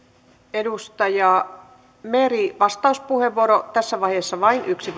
edustaja meri vastauspuheenvuoro tässä vaiheessa vain yksi